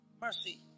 Mercy